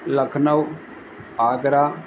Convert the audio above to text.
Lucknow Agra